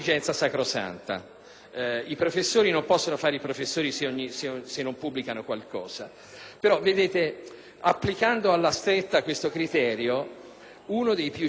i professori non possono fare i professori se non pubblicano qualcosa. Però, vedete, applicando alla stretta tale criterio uno dei più celebri